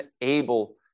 able